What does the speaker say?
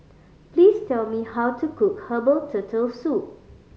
please tell me how to cook herbal Turtle Soup